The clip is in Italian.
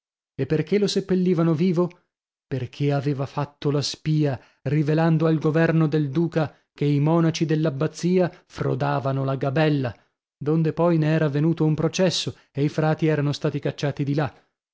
e perchè lo seppellivano vivo perchè aveva fatto la spia rivelando al governo del duca che i monaci dell'abbazia frodavano la gabella donde poi ne era venuto un processo e i frati erano stati cacciati di là